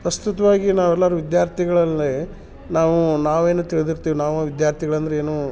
ಪ್ರಸ್ತುತವಾಗಿ ನಾವೆಲ್ಲರು ವಿದ್ಯಾರ್ಥಿಗಳಲ್ಲಿ ನಾವು ನಾವೇನು ತಿಳಿದಿರ್ತಿವಿ ನಾವು ವಿದ್ಯಾರ್ಥಿಗಳೆಂದರೆ ಏನು